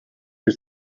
que